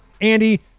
Andy